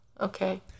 okay